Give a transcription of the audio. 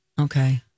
okay